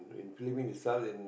in Phillipines itself in